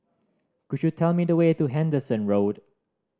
could you tell me the way to Henderson Road